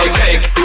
take